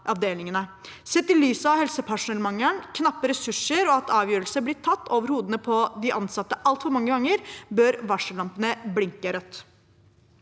Sett i lys av helsepersonellmangelen, knappe ressurser og at avgjørelser blir tatt over hodet på de ansatte altfor mange ganger, bør varsellampene blinke rødt.